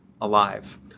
alive